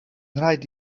rhaid